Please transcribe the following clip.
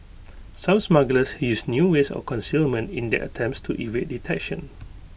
some smugglers is new ways of concealment in their attempts to evade detection